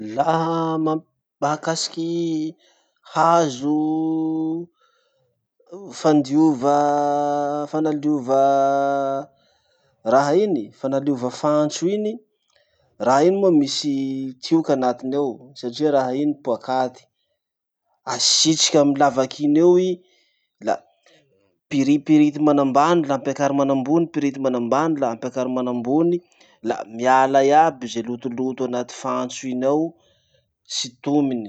Laha map- mahakasiky hazo fandiova fanaliova raha iny, fanaliova fantso iny. Raha iny moa misy tioky anatiny ao, satria raha iny poakaty. Asitriky amy lavaky iny eo i la piripirity manambany la ampiakary manambony, pirity manambany la ampiakary manambony, la miala iaby ze lotoloto anaty fantso iny ao sitomony.